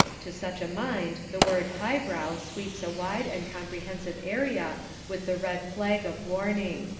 to such a mind the word highbrow sweeps a wide and comprehensive area with the red flag of warning.